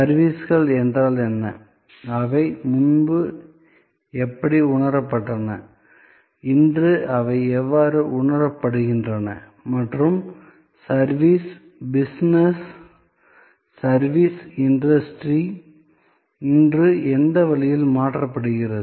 சர்விஸ்கள் என்றால் என்ன அவை முன்பு எப்படி உணரப்பட்டன இன்று அவை எவ்வாறு உணரப்படுகின்றன மற்றும் சர்விஸ் பிசினஸ் சர்விஸ் இண்டஸ்ட்ரி இன்று எந்த வழியில் மாற்றப்படுகிறது